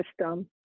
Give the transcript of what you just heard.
system